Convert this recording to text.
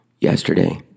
Yesterday